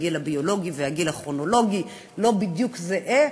הגיל הביולוגי והגיל הכרונולוגי לא בדיוק זהים.